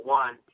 one